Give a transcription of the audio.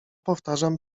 powtarzam